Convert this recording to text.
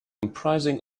comprising